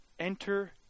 Enter